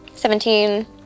Seventeen